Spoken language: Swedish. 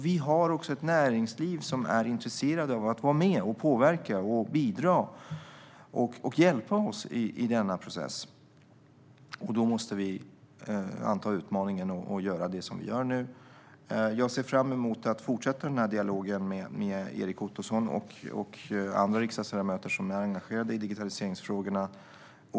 Vi har alltså ett näringsliv som är intresserat av att vara med och påverka, bidra och hjälpa oss i denna process. Då måste vi anta utmaningen och göra det som vi nu gör. Jag ser fram emot att fortsätta denna dialog med Erik Ottoson och andra riksdagsledamöter som är engagerade i digitaliseringsfrågorna.